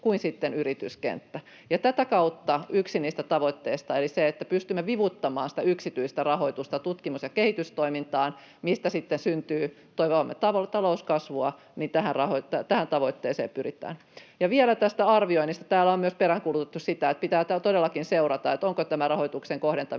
kuin yrityskenttä. Tätä kautta pyritään yhteen niistä tavoitteista, eli siihen, että pystymme vivuttamaan yksityistä rahoitusta tutkimus- ja kehitystoimintaan, mistä sitten syntyy toivomaamme talouskasvua. Vielä tästä arvioinnista, kun täällä on myös peräänkuulutettu, että pitää todellakin seurata, onko tämä rahoituksen kohdentaminen